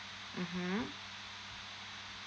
mmhmm